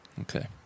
Okay